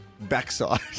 backside